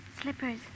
Slippers